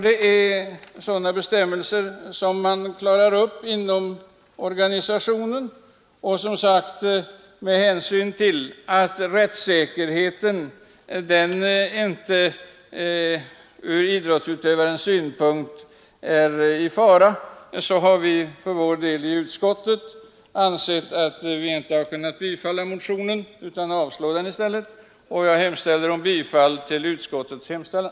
Det är sådant som man klarar upp inom organisationen, och med hänsyn till att rättssäkerheten inte ur idrottsutövarens synpunkt är i fara har vi som sagt inom utskottet inte ansett oss kunna biträda motionen utan i stället avstyrkt den. Jag yrkar, herr talman, bifall till utskottets hemställan.